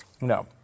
No